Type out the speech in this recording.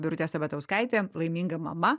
birutė sabatauskaitė laiminga mama